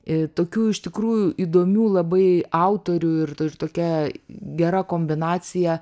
ir tokių iš tikrųjų įdomių labai autorių ir tokia gera kombinacija